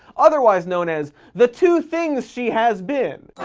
otherwise known as the two things she has been.